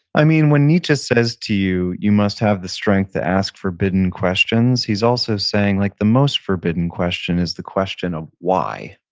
i mean, when nietzsche says to you, you must have the strength to ask forbidden questions, he's also saying like the most forbidden question is the question of why.